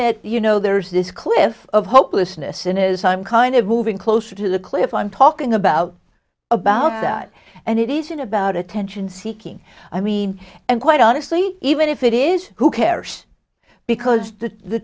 that you know there's this cliff of hopelessness in is i'm kind of moving closer to the cliff i'm talking about about that and it isn't about attention seeking i mean and quite honestly even if it is who cares because the the